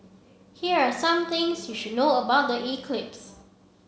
here are some things you should know about the eclipse